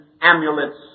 amulets